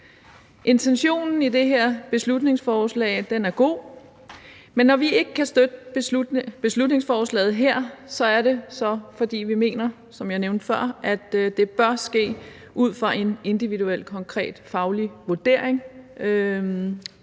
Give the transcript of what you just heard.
Intentionen i det her beslutningsforslag er god, men når vi ikke kan støtte beslutningsforslaget her, så er det, fordi vi mener, som jeg nævnte før, at det bør være ud fra en individuel, konkret faglig vurdering,